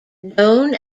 known